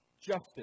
Justice